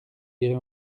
irez